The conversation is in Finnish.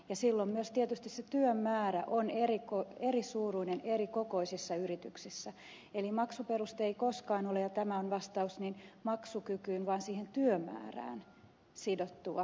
silloin myös tietysti se työn määrä on erisuuruinen erikokoisissa yrityksissä eli maksuperuste ei koskaan ole ja tämä on vastaus maksukykyyn vaan siihen työmäärään sidottu